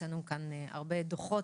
הוצאנו כאן גם הרבה דוחות,